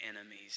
enemies